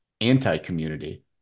anti-community